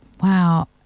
Wow